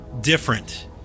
different